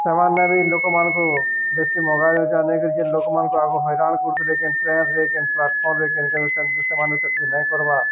ସେମାନେମାନେ ବି ଲୋକମାନଙ୍କୁ ବେଶୀ ମୋଗାଇଜା ନେଇକ ଯେ ଲୋକମାନଙ୍କୁ ଆଗକୁ ହଇରାଣ କରଦଥିଲେ କିନ୍ ଟ୍ରେନରେେ କିନ୍ ପ୍ଲାଟଫର୍ମରେେ କିନ କେୁ ସେମାନେ ସେଠକି ନାଇ କର୍ବା